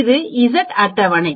இந்த இசட் அட்டவணை